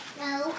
No